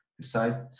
decide